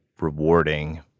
rewarding